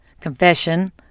confession